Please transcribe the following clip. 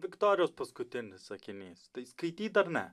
viktorijos paskutinis sakinys tai skaityt ar ne